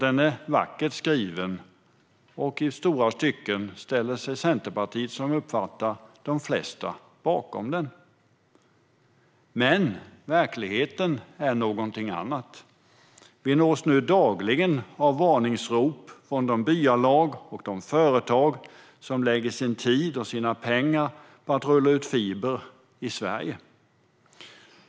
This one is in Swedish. Den är vackert skriven, och i stora stycken ställer sig Centerpartiet - liksom, som vi uppfattar det, de flesta - bakom den. Men verkligheten är någonting annat. Vi nås nu dagligen om varningsrop från de byalag och företag som lägger sin tid och sina pengar på att rulla ut fiber i Sverige.